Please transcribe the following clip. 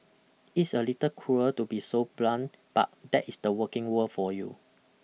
It's a little cruel to be so blunt but that is the working world for you